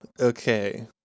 Okay